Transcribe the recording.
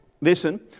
listen